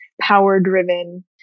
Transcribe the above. power-driven